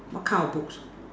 what kind of books